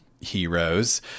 heroes